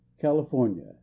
California